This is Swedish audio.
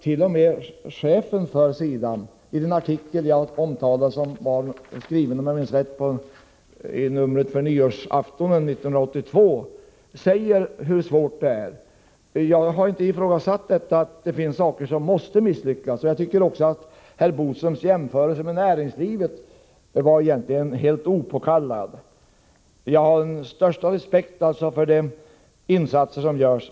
T. o. m. chefen för SIDA talar i den artikel som jag har omtalat om hur svårt biståndsarbetet är. Denna artikel var införd i nyårsnumret 1982, om jag minns rätt. Jag har inte ifrågasatt att en del saker måste få misslyckas. Dessutom tycker jag att herr Bodströms jämförelse med näringslivet egentligen var helt opåkallad. Jag har alltså den största respekt för de insatser som görs.